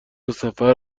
سفر